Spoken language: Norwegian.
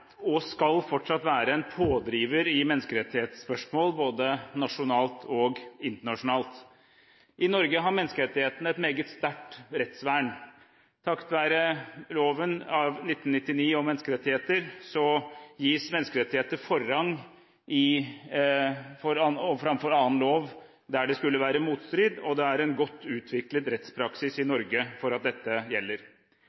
og skal fortsatt være en pådriver i menneskerettighetsspørsmål, både nasjonalt og internasjonalt. I Norge har menneskerettighetene er meget sterkt rettsvern. Takket være loven av 1999 om menneskerettigheter, gis menneskerettigheter forrang fremfor annen lov, der det skulle være motstrid, og det er en godt utviklet rettspraksis i